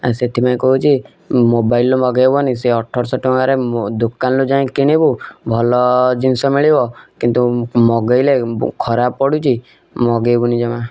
ଆ ସେଥିପାଇଁ କହୁଛି ମୋବାଇଲରୁ ମଗେଇବନି ସେ ଅଠରଶହ ଟଙ୍କାରେ ମୋ ଦୋକାନରୁ ଯାଇଁକି କିଣିବୁ ଭଲ ଜିନିଷ ମିଳିବ କିନ୍ତୁ ମଗେଇଲେ ବୋ ଖରାପ ପଡ଼ୁଛି ମଗେଇବୁନି ଜମା